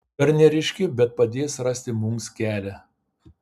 dar neryški bet padės rasti mums kelią